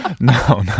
no